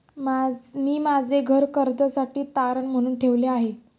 मी माझे घर कर्जासाठी तारण म्हणून ठेवले आहे